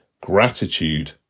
Gratitude